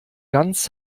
ganz